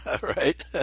Right